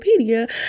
Wikipedia